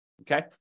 okay